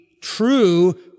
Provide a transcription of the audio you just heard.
true